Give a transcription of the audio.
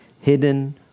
hidden